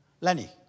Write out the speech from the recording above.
Lenny